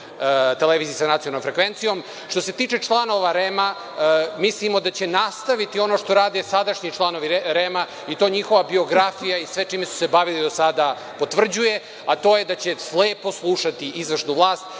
televiziji sa nacionalnom frekvencijom. Što se tiče članova REM-a, mislimo da će nastaviti ono što rade sadašnji članovi REM-a. To njihova biografija i sve čime su se bavili do sada potvrđuje, a to je da će slepo slušati izvršnu vlast